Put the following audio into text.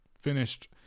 finished